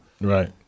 Right